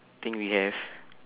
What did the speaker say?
thing we have